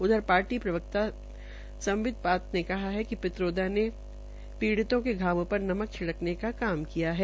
उधर पार्टीके प्रवकता संबित पात्रा ने कहा कि पित्रोदा ने पीड़ितों के घावों पर नमक छिड़कने का काम किया है